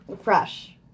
Fresh